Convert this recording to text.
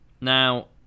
Now